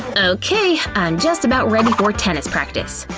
okay, i'm just about ready for tennis practice!